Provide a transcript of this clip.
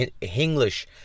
english